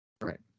Right